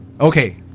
Okay